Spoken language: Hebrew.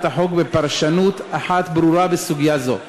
החוק בפרשנות אחת ברורה בסוגיה זו: